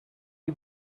you